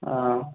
ஆ